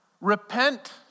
repent